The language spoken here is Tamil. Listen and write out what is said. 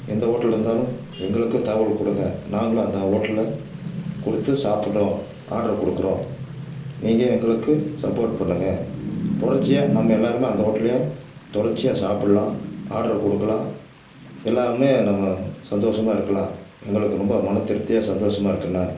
எந்த ஹோட்டல் இருந்தாலும் எங்களுக்கும் தகவல் கொடுங்க நாங்களும் அந்த ஹோட்டலில் கொடுத்து சாப்பிட்றோம் ஆட்ரு கொடுக்குறோம் நீங்கள் எங்களுக்கு சப்போர்ட் பண்ணுங்க தொடர்ச்சியாக நம்ம எல்லாேருமே அந்த ஹோட்டிலே தொடர்ச்சியாக சாப்பிட்லாம் ஆடர் கொடுக்குலாம் எல்லாேருமே நம்ம சந்தோஷமாக இருக்கலாம் எங்களுக்கு ரொம்ப மன திருப்தியாக சந்தோஷமாக இருக்குதுண்ணா